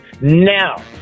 now